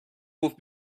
گفت